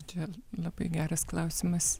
čia labai geras klausimas